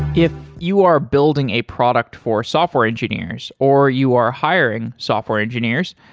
if you are building a product for software engineers or you are hiring software engineers,